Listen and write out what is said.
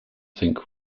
think